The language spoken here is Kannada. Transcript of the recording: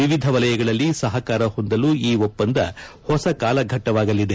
ವಿವಿಧ ವಲಯಗಳಲ್ಲಿ ಸಹಕಾರ ಹೊಂದಲು ಈ ಒಪ್ಪಂದ ಹೊಸ ಕಾಲಘಟ್ಟವಾಗಲಿದೆ